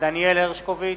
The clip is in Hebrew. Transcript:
דניאל הרשקוביץ,